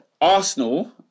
Arsenal